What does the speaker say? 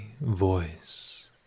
voice